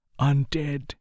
undead